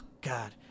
God